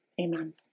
Amen